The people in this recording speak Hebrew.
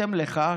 לפיכך,